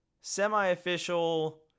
semi-official